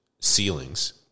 ceilings